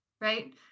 right